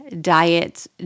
diets